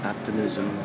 Optimism